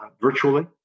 virtually